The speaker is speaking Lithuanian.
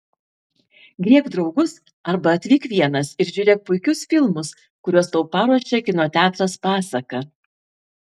griebk draugus arba atvyk vienas ir žiūrėk puikius filmus kuriuos tau paruošė kino teatras pasaka